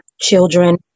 children